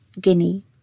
Guinea